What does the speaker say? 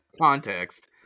context